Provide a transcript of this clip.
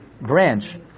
branch